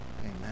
Amen